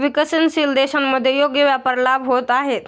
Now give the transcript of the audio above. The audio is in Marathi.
विकसनशील देशांमध्ये योग्य व्यापार लाभ होत आहेत